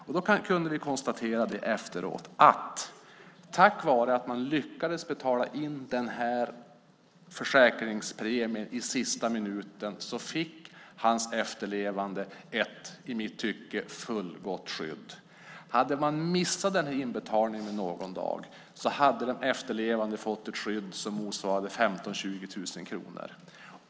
Efteråt kunde vi konstatera att tack vare att man lyckades betala in försäkringspremien i sista minuten fick hans efterlevande ett, i mitt tycke, fullgott skydd. Hade man missat den här inbetalningen med någon dag hade den efterlevande fått ett skydd på 15 000-20 000 kronor.